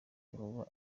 yehova